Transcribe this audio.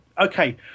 okay